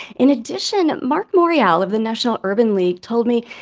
in addition, marc morial of the national urban league told me,